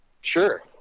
Sure